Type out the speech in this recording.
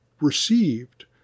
received